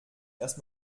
erst